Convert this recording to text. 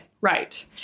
Right